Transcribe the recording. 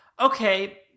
okay